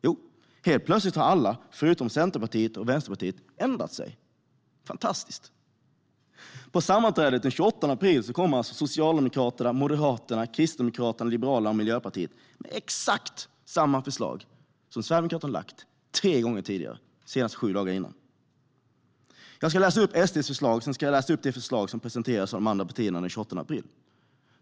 Jo, helt plötsligt har alla, förutom, Centerpartiet och Vänsterpartiet, ändrat sig. Det är fantastiskt! På sammanträdet den 28 april kommer alltså Socialdemokraterna, Moderaterna, Kristdemokraterna, Liberalerna och Miljöpartiet med exakt samma förslag som Sverigedemokraterna har lagt fram tre gånger tidigare - senast sju dagar tidigare. Jag ska läsa upp SD:s förslag, och sedan ska jag läsa upp det förslag som presenterades av de andra partierna den 28 april.